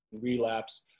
relapse